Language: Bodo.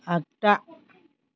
आग्दा